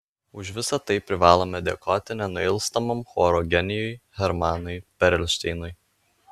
už visa tai privalome dėkoti nenuilstamam choro genijui hermanui perelšteinui